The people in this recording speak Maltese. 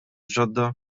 ġodda